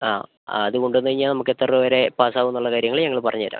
ആ അത് കൊണ്ടുവന്നുകഴിഞ്ഞാൽ എത്ര രൂപ വരെ പാസ് ആവുമെന്നുള്ള കാര്യങ്ങൾ ഞങ്ങൾ പറഞ്ഞുതരാം